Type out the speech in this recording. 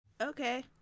Okay